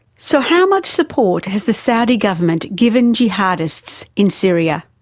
so how much support has the saudi government given jihadists in syria?